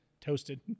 toasted